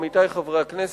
עמיתי חברי הכנסת,